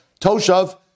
Toshav